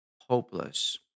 hopeless